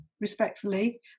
respectfully